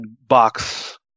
box